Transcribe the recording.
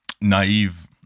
naive